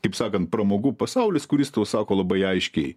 kaip sakant pramogų pasaulis kuris tau sako labai aiškiai